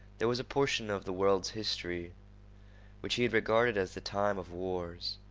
there was a portion of the world's history which he had regarded as the time of wars,